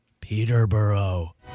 Peterborough